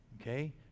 Okay